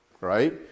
right